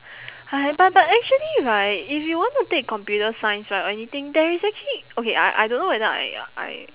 !hais! but but actually right if you want to take computer science right or anything there is actually okay I I don't know whether I I